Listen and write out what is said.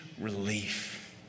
relief